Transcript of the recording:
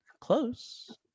close